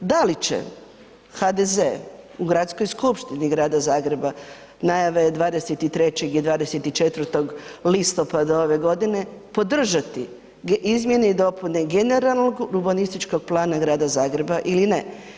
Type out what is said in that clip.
Da li će HDZ u Gradskoj skupštini Grada Zagreba, najava je 23. i 24. listopada ove godine podržati izmjene i dopune generalnog urbanističkog plana Grada Zagreba ili ne.